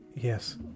Yes